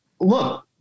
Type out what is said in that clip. look